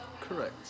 correct